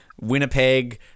Winnipeg